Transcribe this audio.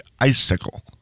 icicle